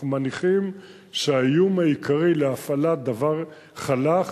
4. אנחנו מניחים שהאיום העיקרי להפעלת חל"כ,